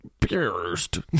Pierced